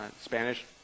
Spanish